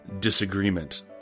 disagreement